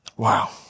Wow